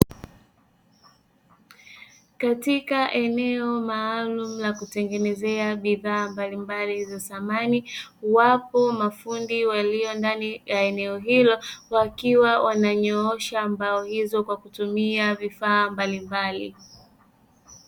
Katika eneo maalumu la kutengenezea bidhaa mbalimbali za samani, wapo mafundi walio ndani ya eneo hilo, wakiwa wananyoosha mbao hizo, kwa kutumia vifaa mbalimbali.